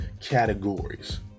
categories